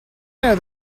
know